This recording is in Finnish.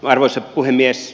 arvoisa puhemies